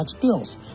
bills